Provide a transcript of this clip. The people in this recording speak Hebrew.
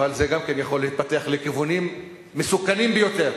אבל זה גם יכול להתפתח לכיוונים מסוכנים ביותר.